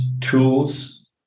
tools